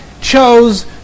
chose